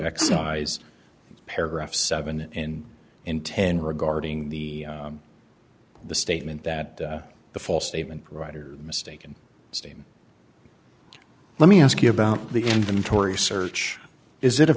exercise paragraph seven and in ten regarding the the statement that the false statement writer mistaken steam let me ask you about the inventory search is it a